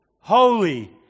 Holy